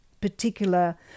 particular